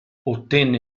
ottenne